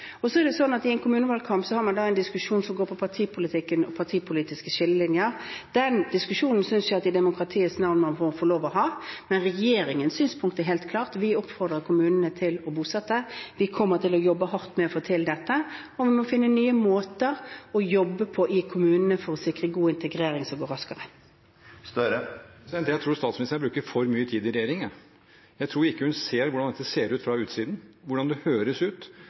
Og så er det slik at i en kommunevalgkamp har man en diskusjon som går på partipolitikk og partipolitiske skillelinjer. Den diskusjonen synes jeg at man i demokratiets navn må få lov til å ha, men regjeringens synspunkt er helt klart: Vi oppfordrer kommunene til å bosette. Vi kommer til å jobbe hardt for å få til dette, og vi må finne nye måter å jobbe på i kommunene for å sikre god integrering som går raskere. Jeg tror statsministeren bruker for mye tid i regjering. Jeg tror ikke hun ser hvordan dette ser ut fra utsiden, hvordan det høres ut.